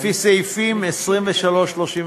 לפי סעיפים 23, 32,